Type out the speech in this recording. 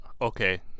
okay